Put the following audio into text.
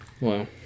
Wow